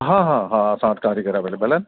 हा हा हा असां वटि कारीगर अवेलेबल आहे